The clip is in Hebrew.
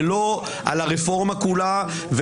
ולא על הרפורמה כולה,